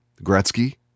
Gretzky